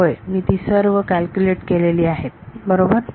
होय मी ती सर्व कॅल्क्युलेट केलेली आहेत बरोबर